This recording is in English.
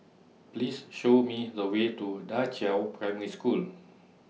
Please Show Me The Way to DA Qiao Primary School